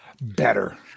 Better